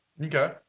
Okay